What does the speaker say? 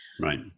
Right